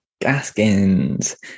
Gaskins